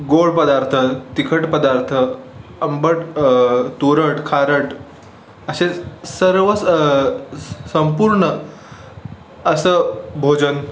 गोड पदार्थ तिखट पदार्थ आंबट तुरट खारट असे सर्व स संपूर्ण असं भोजन